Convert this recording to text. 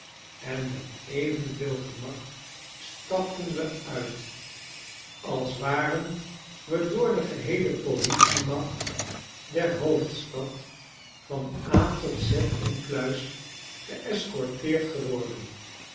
en met evenveel gemak stapten we uit als waren we door de geheele politiemacht der hoofdstad van a tot z incluis geescorteerd geworden